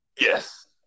Yes